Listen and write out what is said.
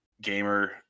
gamer